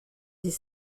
des